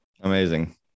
Amazing